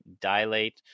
dilate